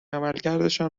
عملکردشان